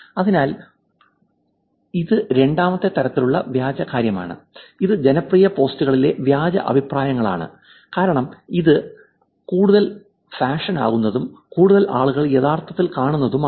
അതിനാൽ ഇത് രണ്ടാമത്തെ തരത്തിലുള്ള വ്യാജ കാര്യമാണ് ഇത് ജനപ്രിയ പോസ്റ്റുകളിലെ വ്യാജ അഭിപ്രായങ്ങളാണ് കാരണം ഇത് കൂടുതൽ ഫാഷൻ ആകുന്നതും കൂടുതൽ ആളുകൾ യഥാർത്ഥത്തിൽ കാണുന്നതുമാണ്